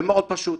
זה מאוד פשוט.